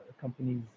companies